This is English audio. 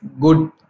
good